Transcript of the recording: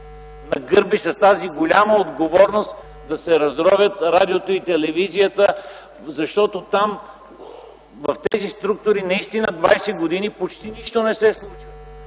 нагърби с тази голяма отговорност - да се разровят радиото и телевизията, защото в тези структури наистина 20 години почти нищо не се случва.